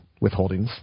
withholdings